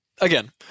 Again